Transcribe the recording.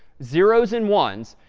zeros and ones,